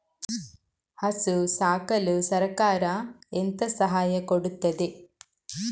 ಹಸು ಸಾಕಲು ಸರಕಾರ ಎಂತ ಸಹಾಯ ಕೊಡುತ್ತದೆ?